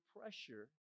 pressure